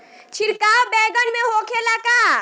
छिड़काव बैगन में होखे ला का?